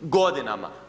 godinama.